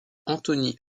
anthony